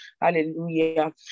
Hallelujah